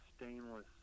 stainless